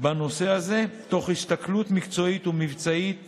בנושא הזה מתוך הסתכלות מקצועית ומבצעית